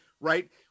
right